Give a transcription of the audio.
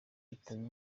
yitaba